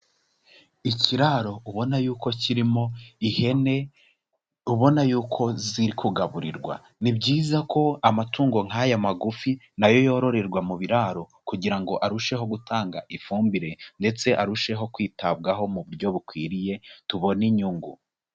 Ikiraro ubona yuko kirimo ihene, ubona yuko ziri kugaburirwa. Ni byiza ko amatungo nk'aya magufi na yo yororerwa mu biraro kugira ngo arusheho gutanga ifumbire ndetse arusheho kwitabwaho mu buryo bukwiriye, tubona inyungu.